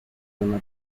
una